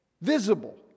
visible